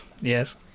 Yes